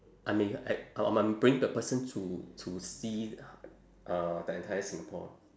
I may I I I might bring the person to to see uh the entire singapore